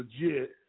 legit